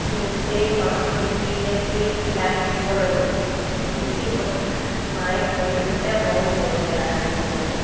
নিজেই মাক দেখি দেখি চিলাই শিকিব ল'লো এদিন কি হ'ল মায়ে কৰি থাকোঁতে ময়ো কৰিবলৈ আৰম্ভ কৰিলোঁ